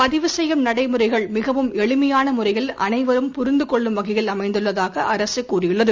பதிவு ச செய்யும் நடைமுறைகள் மிகவும் எளிமையான முறையில் அனைவரும் புரிந்து கொள்ளும் வகையில் அமைந்துள்ளதாக அரசு கூறியுள்ளது